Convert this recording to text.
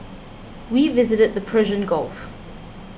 we visited the Persian Gulf